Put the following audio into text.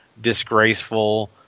disgraceful